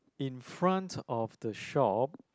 in front of the shop